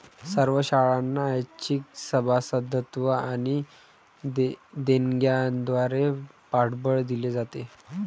सर्व शाळांना ऐच्छिक सभासदत्व आणि देणग्यांद्वारे पाठबळ दिले जाते